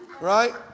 right